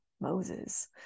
Moses